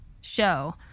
show